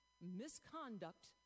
misconduct